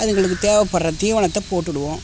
அதுங்களுக்கு தேவைப்படுகிற தீவனத்தைப் போட்டுவிடுவோம்